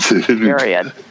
Period